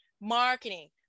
Marketing